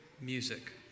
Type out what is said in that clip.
music